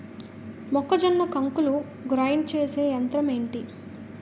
మొక్కజొన్న కంకులు గ్రైండ్ చేసే యంత్రం ఏంటి?